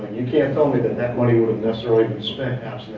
you can't tell me that that money would have necessarily been spent